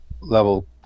level